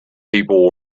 people